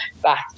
back